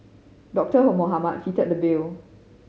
Doctor Mohamed fitted the bill